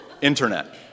internet